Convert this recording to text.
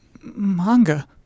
manga